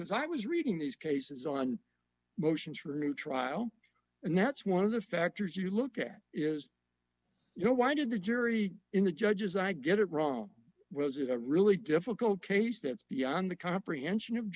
because i was reading these cases on motions for a new trial and that's one of the factors you look at is you know why did the jury in the judges i get it wrong was it a really difficult case that's beyond the comprehension of